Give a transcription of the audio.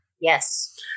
Yes